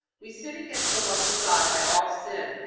we sin against the love of god by all sin,